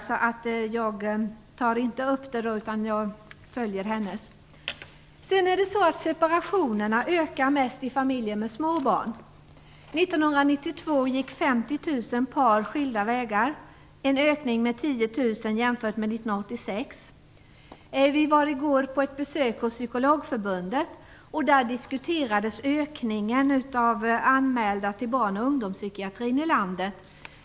Därför tar jag inte upp den. Separationerna ökar mest i familjer med små barn. 1992 gick 50 000 par skilda vägar. Det är en ökning med 10 000 jämfört med 1986. I går besökte vi Psykologförbundet. Där diskuterades ökningen av antalet anmälda till barn och ungdomspsykiatrin i landet.